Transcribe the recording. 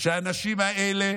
שהאנשים האלה